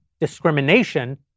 discrimination